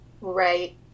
Right